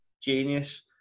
Genius